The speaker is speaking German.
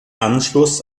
anschluss